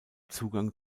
zugang